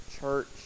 church